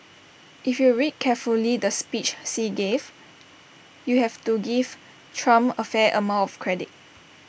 if you read carefully the speech Xi gave you have to give Trump A fair amount of credit